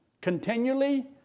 continually